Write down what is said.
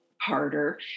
harder